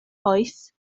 oes